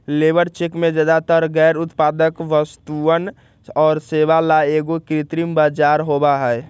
labour check में ज्यादातर गैर उत्पादक वस्तुअन और सेवा ला एगो कृत्रिम बाजार होबा हई